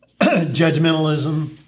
judgmentalism